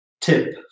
tip